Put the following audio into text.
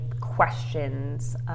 questions